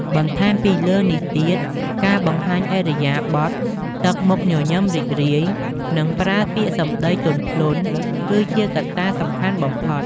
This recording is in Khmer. បន្ថែមពីលើនេះទៀតការបង្ហាញឥរិយាបថទឹកមុខញញឹមរីករាយ និងប្រើពាក្យសម្តីទន់ភ្លន់គឺជាកត្តាសំខាន់បំផុត។